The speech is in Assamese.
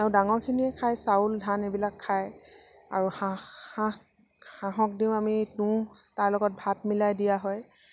আৰু ডাঙৰখিনিয়ে খায় চাউল ধান এইবিলাক খায় আৰু হাঁহ হাঁহ হাঁহক দিওঁ আমি তুঁহ তাৰ লগত ভাত মিলাই দিয়া হয়